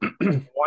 One